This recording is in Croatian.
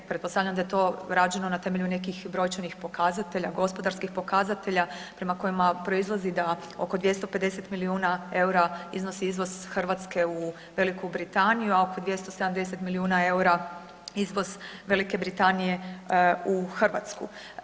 Pretpostavljam da je to rađeno na temelju nekih brojčanih pokazatelja, gospodarskih pokazatelja prema kojima proizlazi da oko 250 milijuna eura iznosi izvoz Hrvatske u Veliku Britaniju, a oko 270 milijuna eura izvoz Velike Britanije u Hrvatsku.